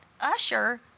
usher